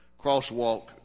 crosswalk